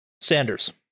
Sanders